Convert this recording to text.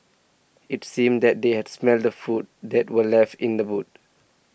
it seemed that they had smelt the food that were left in the boot